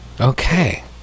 Okay